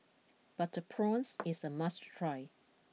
Butter Prawns is a must try